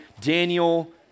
Daniel